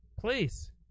Please